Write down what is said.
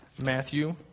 Matthew